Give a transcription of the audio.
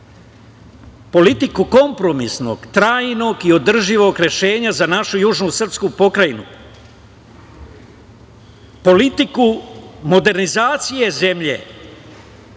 politiku kompromisnog, trajnog i održivog rešenja za našu južnu srpsku pokrajinu, politiku modernizacije zemlje